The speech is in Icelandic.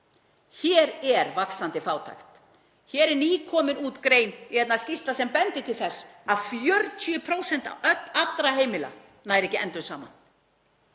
Hér er vaxandi fátækt. Hér er nýkomin út skýrsla sem bendir til þess að 40% allra heimila nái ekki endum saman